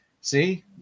see